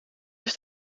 eens